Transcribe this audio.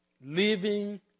living